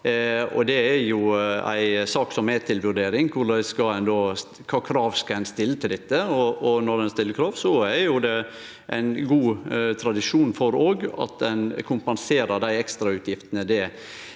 Det er ei sak som er til vurdering, kva krav ein skal stille til dette. Når ein stiller krav, er det jo god tradisjon for at ein kompenserer dei ekstrautgiftene